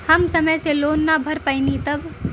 हम समय से लोन ना भर पईनी तब?